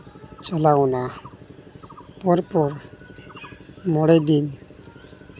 ᱪᱟᱞᱟᱣᱱᱟ ᱛᱟᱨᱯᱚᱨ ᱢᱚᱬᱮ ᱫᱤᱱ